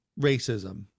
racism